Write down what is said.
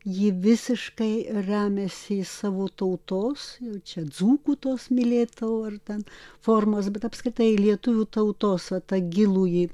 ji visiškai remiasi į savo tautos čia dzūkų tos mylėtau ar ten formos bet apskritai į lietuvių tautos va tą gilųjį